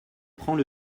prends